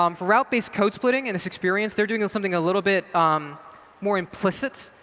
um for route-based code-splitting and this experience, they're doing something a little bit um more implicit.